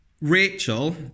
Rachel